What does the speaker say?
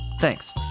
Thanks